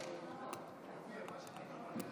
נמנעים,